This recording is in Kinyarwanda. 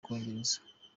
bwongereza